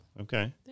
Okay